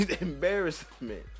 Embarrassment